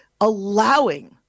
allowing